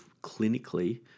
clinically